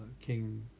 King